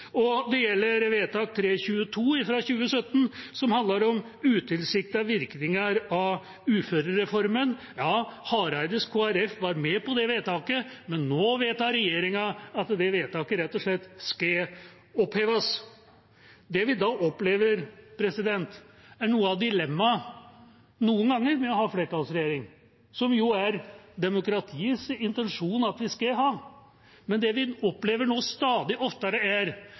Og det gjelder vedtak nr. 322 fra 2017, som handler om utilsiktede virkninger av uførereformen. Ja, Hareides Kristelig Folkeparti var med på det vedtaket, men nå vedtar regjeringa at det vedtaket rett og slett skal oppheves. Det vi opplever, er noe av dilemmaet med å ha en flertallsregjering, som det jo er demokratiets intensjon at vi skal ha. Det vi opplever nå, stadig oftere, er